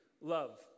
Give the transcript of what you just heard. love